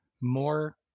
more